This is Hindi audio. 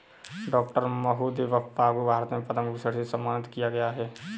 डॉक्टर महादेवप्पा को भारत में पद्म भूषण से सम्मानित किया गया है